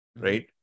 right